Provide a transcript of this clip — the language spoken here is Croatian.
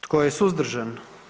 Tko je suzdržan?